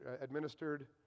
administered